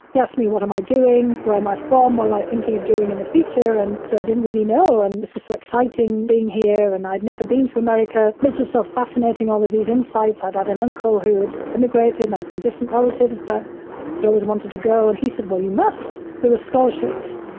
he asked me what am i doing? where am i from? what am i thinking of doing in the future? and so, i didn't really know and this was so exciting being here, and i'd never been to america. this this was so fascinating. all of these insights. i'd had an uncle who had immigrated and i had some distant relatives, but he always wanted to go and he said, well, you must, there are scholarships.